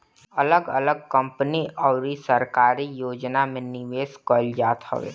अगल अलग कंपनी अउरी सरकारी योजना में निवेश कईल जात हवे